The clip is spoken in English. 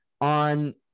on